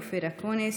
אופיר אקוניס,